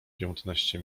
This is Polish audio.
piętnaście